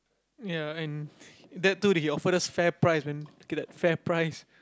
ya and that dude he offered us fairprice man look at that fairprice